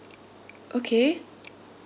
okay